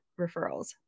Referrals